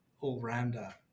all-rounder